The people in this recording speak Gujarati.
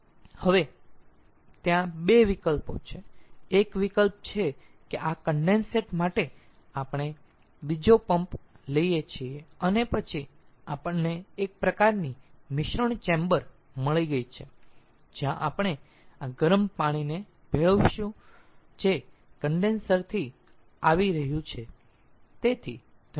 હવે ત્યાં 2 વિકલ્પો છે એક વિકલ્પ છે કે આ કન્ડેન્સેટ માટે આપણે બીજો પંપ લઈએ છીએ અને પછી આપણને એક પ્રકારની મિશ્રણ ચેમ્બર મળી ગઈ છે જ્યાં આપણે આ ગરમ પાણીને ભેળવીશું જે કન્ડેન્સર થી આવી રહ્યું છે